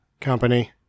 company